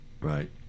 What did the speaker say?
Right